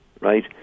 right